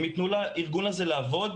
אם יתנו לארגון הזה לעבוד.